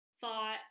thought